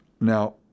now